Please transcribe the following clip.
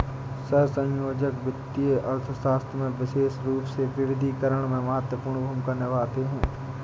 सहसंयोजक वित्तीय अर्थशास्त्र में विशेष रूप से विविधीकरण में महत्वपूर्ण भूमिका निभाते हैं